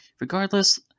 Regardless